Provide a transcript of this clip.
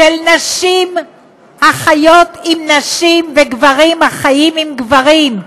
של נשים החיות עם נשים וגברים החיים עם גברים,